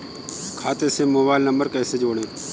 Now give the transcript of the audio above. खाते से mobile number कैसे जोड़ें?